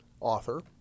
author